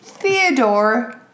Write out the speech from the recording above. Theodore